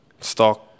stock